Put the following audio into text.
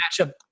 matchup